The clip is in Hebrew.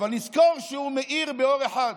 אבל נזכור שהוא מאיר באור אחד,